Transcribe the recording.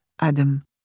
Adam